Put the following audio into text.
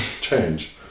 change